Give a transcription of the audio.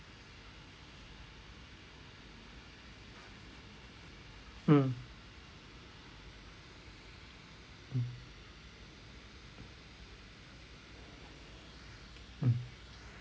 mm mm